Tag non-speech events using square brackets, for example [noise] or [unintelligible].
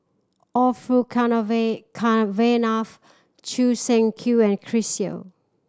Orfeur [unintelligible] Cavenagh Choo Seng Quee and Chris Yeo